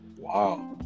Wow